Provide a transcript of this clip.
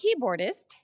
keyboardist